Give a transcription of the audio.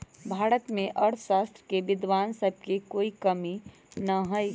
भारत में अर्थशास्त्र के विद्वान सब के कोई कमी न हई